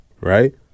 right